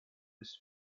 his